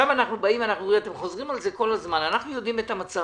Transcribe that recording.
אתם חוזרים על זה כל הזמן, אנחנו יודעים את המצב.